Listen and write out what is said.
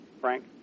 Frank